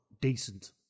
decent